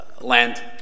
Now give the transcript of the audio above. land